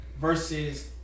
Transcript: versus